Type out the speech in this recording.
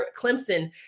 Clemson